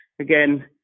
again